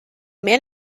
man